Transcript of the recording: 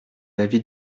l’avis